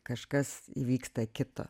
kažkas įvyksta kito